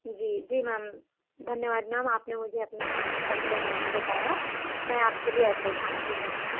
जी जी मैम धन्यवाद मैम आपने मुझे खाने का पूरा मेनू बताया मैं आपके लिए ऐसा ही खाना भिजवाऊंगी